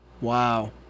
Wow